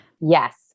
Yes